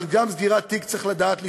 אבל גם סגירת תיק צריך לדעת לתפור.